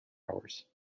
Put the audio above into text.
hours